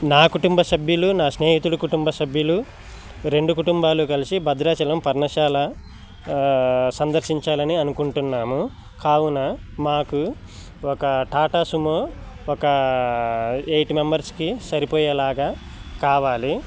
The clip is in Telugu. నా కుటుంబ సభ్యులు నా స్నేహితుడు కుటుంబ సభ్యులు రెండు కుటుంబాలు కలిసి భద్రాచలం పర్ణశాల సందర్శించాలని అనుకుంటున్నాము కావున మాకు ఒక టాటా సుమో ఒక ఎయిట్ మెంబర్స్కి సరిపోయేలాగా కావాలి